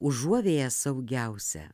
užuovėja saugiausia